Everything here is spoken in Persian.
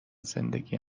زندگی